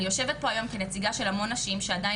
אני יושבת פה היום כנציגה של המון נשים שעדיין